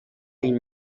این